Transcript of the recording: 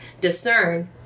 discern